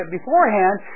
beforehand